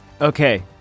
Okay